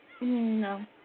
No